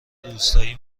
روستایی